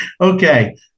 okay